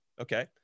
Okay